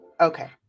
Okay